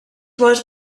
was